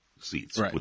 seats